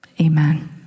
amen